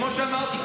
כמו שאמרתי,